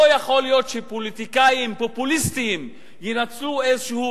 לא יכול להיות שפוליטיקאים פופוליסטים ינצלו איזשהו